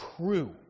true